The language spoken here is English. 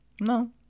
no